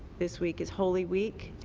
this week is holy week,